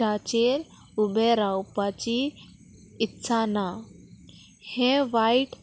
टाचेर उबें रावपाची इत्सा ना हें वायट